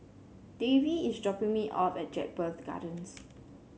Davey is dropping me off at Jedburgh Gardens